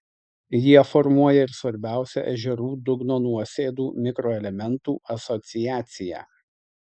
jie formuoja ir svarbiausią ežerų dugno nuosėdų mikroelementų asociaciją